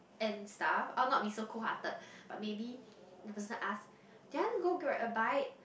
and stuff I'll not be so cold hearted but maybe the person ask do you wanna go grab a bite